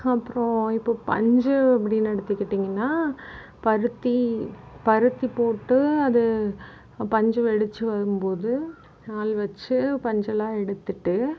அப்புறோம் இப்போது பஞ்சு அப்படினு எடுத்துக்கிட்டிங்கன்னா பருத்தி பருத்தி போட்டு அது பஞ்சு வெடிச்சு வரும்போது ஆள் வச்சு பஞ்செலாம் எடுத்துட்டு